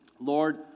Lord